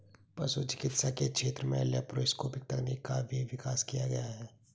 पशु चिकित्सा के क्षेत्र में लैप्रोस्कोपिक तकनीकों का भी विकास किया गया है